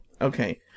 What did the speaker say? okay